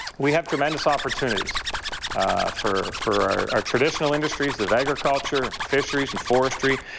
we have tremendous opportunities for for our traditional industries of agriculture, fisheries and forestry.